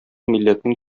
милләтнең